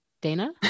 Dana